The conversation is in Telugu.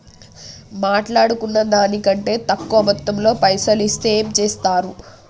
మాట్లాడుకున్న దాని కంటే తక్కువ మొత్తంలో పైసలు ఇస్తే ఏం చేత్తరు?